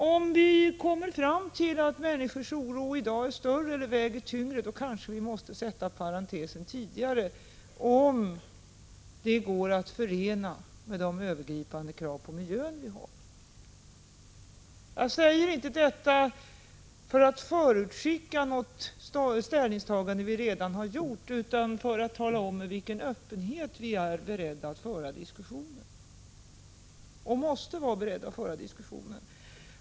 Om vi kommer fram till att människors oro i dag är större eller väger tyngre, då kanske vi måste sätta parentesen tidigare, om det går att förena med de övergripande krav på miljön som vi har. Jag säger inte detta för att bekräfta något ställningstagande som vi redan har gjort utan för att tala om med vilken öppenhet vi är och måste vara beredda att föra diskussionen.